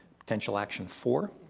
potential action four,